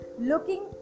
looking